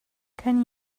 can